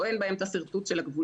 או אין בהם את השרטוט של הגבולות.